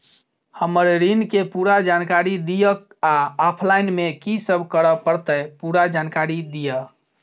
हम्मर ऋण केँ पूरा जानकारी दिय आ ऑफलाइन मे की सब करऽ पड़तै पूरा जानकारी दिय?